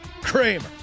Kramer